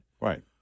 Right